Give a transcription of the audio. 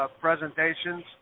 presentations